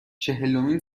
چهلمین